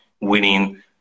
winning